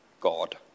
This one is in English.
God